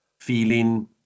feeling